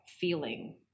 feeling